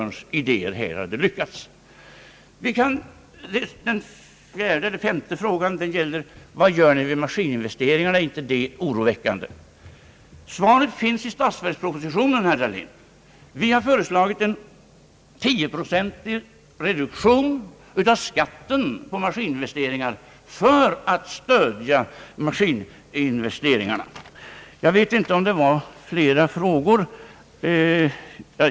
Nästa fråga gäller vad vi har gjort för maskininvesteringarna. Är inte detta problem oroväckande? Svaret finns i statsverkspropositionen, herr Dahlén. Vi har där föreslagit en tioprocentig reduktion av skatterna på maskininvesteringar för att stödja dessa investeringar. Jag vet inte om herr Dahlén hade flera frågor.